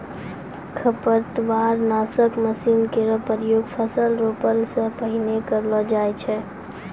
खरपतवार नासक मसीन केरो प्रयोग फसल रोपला सें पहिने करलो जाय छै